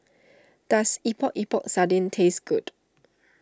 does Epok Epok Sardin taste good